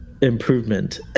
improvement